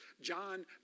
John